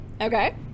Okay